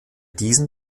diesem